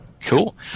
Cool